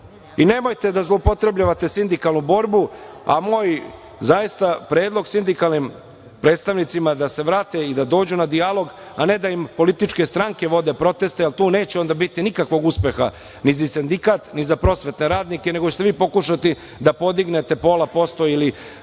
Nemojte da zloupotrebljavate sindikalnu borbu. Moj predlog sindikalnim predstavnicima da se vrate i da dođu na dijalog, a ne da im političke stranke vode proteste, jer tu neće biti nikakvog uspeha ni za sindikat, ni za prosvetne radnike, nego ćete vi pokušati da podignute pola posto ili